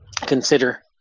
consider